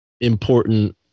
important